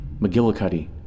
McGillicuddy